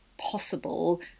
possible